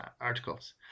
articles